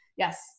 Yes